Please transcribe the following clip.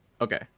Okay